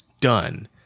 Done